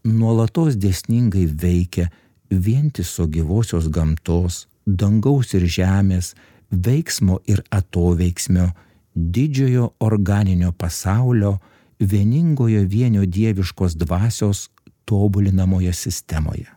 nuolatos dėsningai veikia vientiso gyvosios gamtos dangaus ir žemės veiksmo ir atoveiksmio didžiojo organinio pasaulio vieningojo vienio dieviškos dvasios tobulinamoje sistemoje